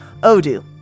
Odoo